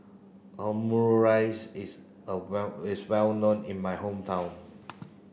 Omurice is well known in my hometown